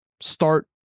Start